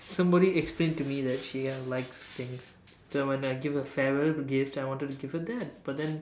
somebody explain to me that she have liked things so when I give her a farewell gift I wanted to give her that but then